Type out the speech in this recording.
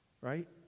right